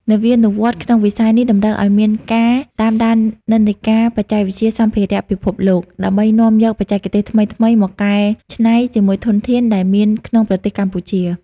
នវានុវត្តន៍ក្នុងវិស័យនេះតម្រូវឱ្យមានការតាមដាននិន្នាការបច្ចេកវិទ្យាសម្ភារៈពិភពលោក ដើម្បីនាំយកបច្ចេកទេសថ្មីៗមកកែច្នៃជាមួយធនធានដែលមានក្នុងប្រទេសកម្ពុជា។